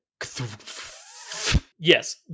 Yes